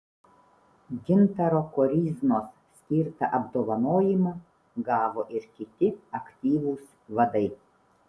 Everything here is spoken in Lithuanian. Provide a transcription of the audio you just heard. gintaro koryznos skirtą apdovanojimą gavo ir kiti aktyvūs vadai